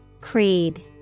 Creed